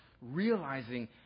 realizing